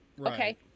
okay